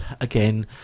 again